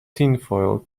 tinfoil